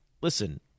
listen